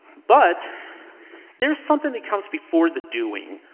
but there's something that comes before the doing,